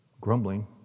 grumbling